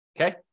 Okay